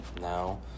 now